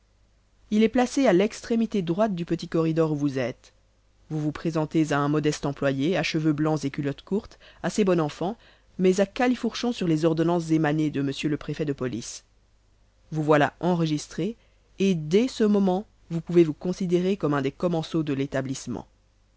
il est placé à l'extrémité droite du petit corridor où vous êtes vous vous présentez à un modeste employé à cheveux blancs et culotte courte assez bon enfant mais à califourchon sur les ordonnances émanées de m le préfet de police vous voilà enregistré et dès ce moment vous pouvez vous considérer comme un des commensaux de l'établissement